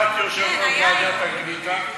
בהסכמת יושב-ראש ועדת הקליטה.